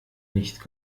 nicht